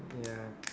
ya